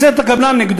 הוא מייצג את הקבלן נגדו.